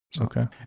okay